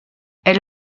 elle